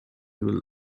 will